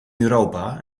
europa